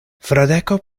fradeko